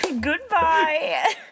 goodbye